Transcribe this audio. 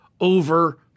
over